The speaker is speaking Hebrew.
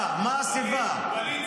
מה הסיבה?